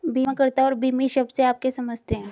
बीमाकर्ता और बीमित शब्द से आप क्या समझते हैं?